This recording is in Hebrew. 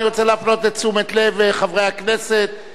אני רוצה להפנות את תשומת לב חברי הכנסת,